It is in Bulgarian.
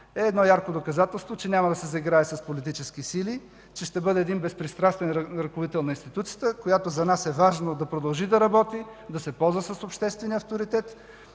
е едно ярко доказателство, че няма да се заиграе с политически сили, че ще бъде безпристрастен ръководител на институцията, която за нас е важно на продължи да работи, да се ползва с обществения авторитет,